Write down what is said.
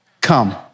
Come